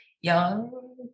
young